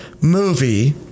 movie